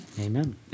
Amen